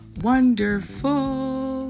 wonderful